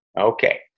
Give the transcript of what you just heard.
Okay